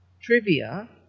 trivia